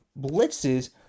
blitzes